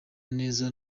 neza